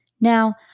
Now